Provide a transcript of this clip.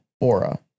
aura